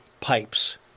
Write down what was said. pipes